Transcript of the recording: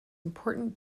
important